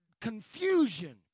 confusion